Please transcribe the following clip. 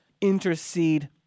intercede